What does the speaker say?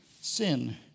Sin